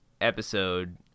episode